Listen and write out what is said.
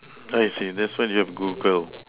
I see that's what you have Google